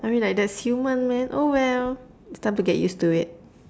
I mean like that's human man oh well it's time to get used to it